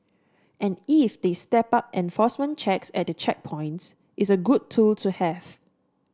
and if they step up enforcement checks at the checkpoints it's a good tool to have